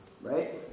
Right